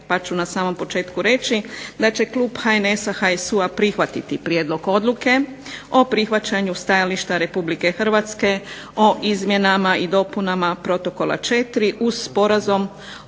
pa ću na samom početku reći da će klub HNS-HSU-a prihvatiti prijedlog Odluke o prihvaćanju stajališta RH o izmjenama i dopunama Protokola 4. uz Sporazum